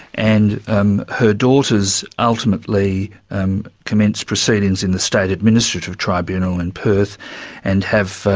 and um her daughters ultimately um commence proceedings in the state administrative tribunal in perth and have.